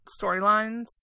storylines